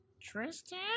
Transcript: Tristan